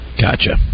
Gotcha